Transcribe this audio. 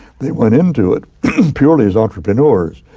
they went into it purely as entrepreneurs,